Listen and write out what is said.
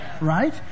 Right